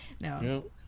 No